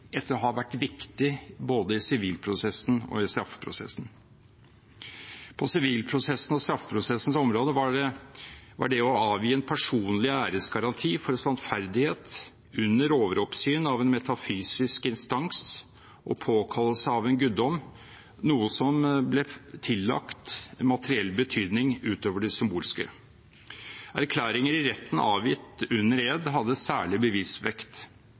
etter å ha vært viktig både i sivilprosessen og i straffeprosessen. På sivilprosessens og straffeprosessens område var det å avgi en personlig æresgaranti for sannferdighet, under overoppsyn av en metafysisk instans og påkallelse av en guddom, noe som ble tillagt materiell betydning utover det symbolske. Erklæringer i retten avgitt under ed hadde særlig bevisvekt.